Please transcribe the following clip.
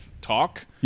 talk